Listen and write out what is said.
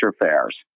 fairs